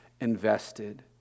invested